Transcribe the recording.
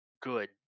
good